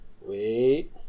Wait